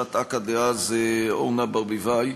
ראשת אכ"א דאז אורנה ברביבאי.